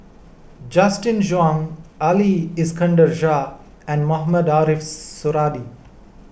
Justin Zhuang Ali Iskandar Shah and Mohamed Ariff Suradi